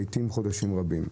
לעיתים לאחר חודשים רבים.